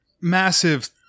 massive